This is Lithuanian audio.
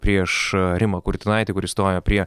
prieš rimą kurtinaitį kuris stojo prie